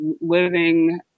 living